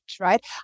right